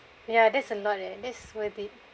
ya that's a lot eh that's worth it